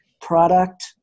product